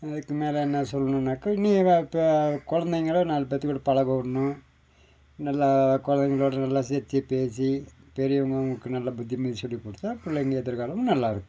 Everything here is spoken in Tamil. அதுக்குமேல் என்ன சொல்லணுன்னாக்க இனி எங்கே அப்பா கொழந்தைங்கள நாலு பேர்த்துக்கூட பழக விடணும் நல்லா கொழந்தைங்களோட நல்லா சிரித்துப் பேசி பெரியவங்கள் அவங்களுக்கு நல்ல புத்திமதி சொல்லிக்கொடுத்தா பிள்ளைங்க எதிர்காலமும் நல்லா இருக்கும்